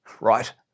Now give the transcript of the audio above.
Right